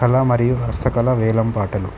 కళ మరియు హస్తకళ వేలం పాటలు